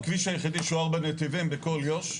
הכביש היחידי שהוא ארבעה נתיבים בכל יו"ש,